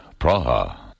Praha